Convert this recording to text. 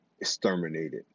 Exterminated